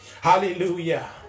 Hallelujah